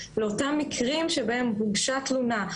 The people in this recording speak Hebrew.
לאותם מקרים שבהם הוגשה תלונה,